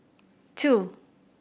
two